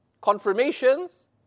confirmations